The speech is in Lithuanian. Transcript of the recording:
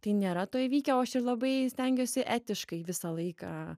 tai nėra to įvykę o aš ir labai stengiuosi etiškai visą laiką